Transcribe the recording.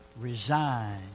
resign